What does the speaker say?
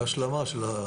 זה השלמה.